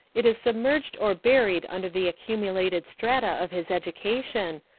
it is submerged or buried under the accumulated strata of his education,